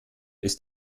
ist